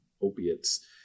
opiates